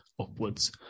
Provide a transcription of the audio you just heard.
upwards